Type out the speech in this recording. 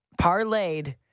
parlayed